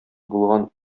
булган